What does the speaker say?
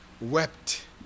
wept